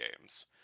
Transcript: Games